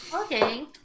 Okay